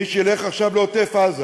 מי שילך עכשיו לעוטף-עזה